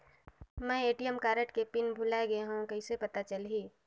मैं ATM card के PIN भुलाए गे हववं कइसे पता चलही?